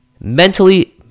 mentally